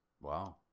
Wow